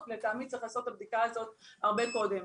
לטעמי צריך לעשות את הבדיקה הזאת הרבה קודם.